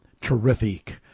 terrific